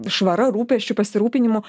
švara rūpesčiu pasirūpinimu